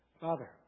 Father